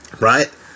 right